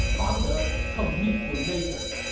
pang de, come meet your maker!